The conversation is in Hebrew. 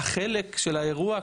החלק של האירוע,